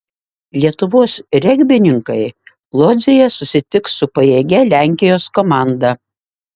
lietuvos regbininkai lodzėje susitiks su pajėgia lenkijos komanda